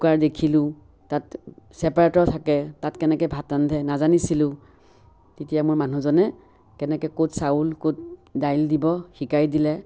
cooker দেখিলো তাত চেপাৰেটৰ থাকে তাত কেনেকে ভাত ৰান্ধে নাজানিছিলোঁ তেতিয়া মোৰ মানুহজনে কেনেকে ক'ত চাউল ক'ত দাইল দিব শিকাই দিলে